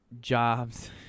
jobs